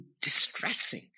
distressing